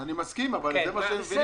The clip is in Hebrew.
אני מסכים, אבל לפעמים רק זה מה שהם מבינים.